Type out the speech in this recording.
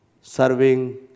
serving